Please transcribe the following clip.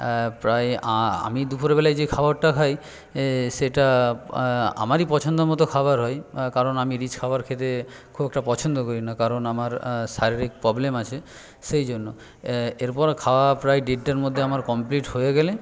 প্রায় আমি দুপুরবেলায় যে খাবারটা খাই সেটা আমারই পছন্দ মতো খাবার হয় কারণ আমি রিচ খাবার খেতে খুব একটা পছন্দ করি না কারণ আমার শারীরিক প্রবলেম আছে সেইজন্য এরপর খাওয়া প্রায় দেড়টার মধ্যে আমার কমপ্লিট হয়ে গেলে